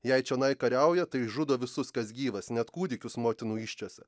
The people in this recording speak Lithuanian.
jei čionai kariauja tai žudo visus kas gyvas net kūdikius motinų įsčiose